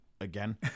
again